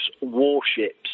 warships